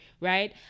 right